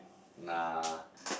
nah